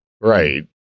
Right